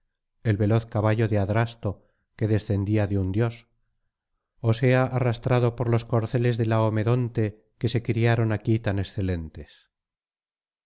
el veloz caballo de adrasto que descendía de un dios ó sea arrastrado por los corceles de laomedonte que se criaron aquí tan excelentes